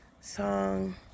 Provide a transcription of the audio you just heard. song